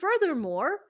furthermore